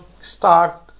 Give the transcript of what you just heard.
start